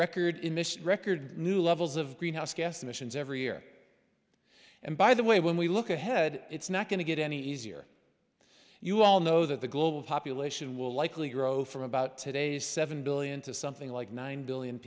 emissions record new levels of greenhouse gas emissions every year and by the way when we look ahead it's not going to get any easier if you all know that the global population will likely grow from about today's seven billion to something like nine billion